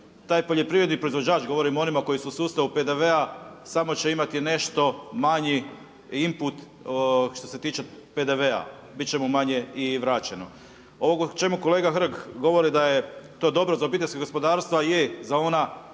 taj poljoprivredni proizvođač, govorim o onima koji su u sustavu PDV-a samo će imati nešto manji input što se tiče PDV-a, bit će mu manje i vraćeno. Ovo o čemu kolega Hrg govori da je to dobro za obiteljska gospodarstva je za ona